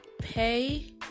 pay